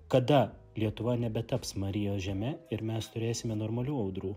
kada lietuva nebetaps marijos žeme ir mes turėsime normalių audrų